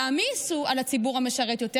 יעמיסו על הציבור המשרת יותר,